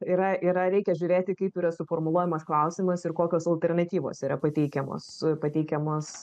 yra yra reikia žiūrėti kaip yra suformuluojamas klausimas ir kokios alternatyvos yra pateikiamos pateikiamos